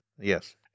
Yes